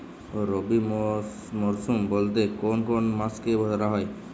রবি মরশুম বলতে কোন কোন মাসকে ধরা হয়?